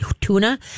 tuna